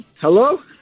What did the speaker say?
Hello